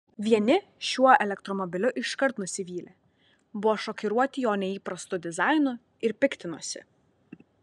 vieni šiuo elektromobiliu iškart nusivylė buvo šokiruoti jo neįprastu dizainu ir piktinosi